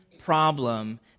problem